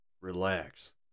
relax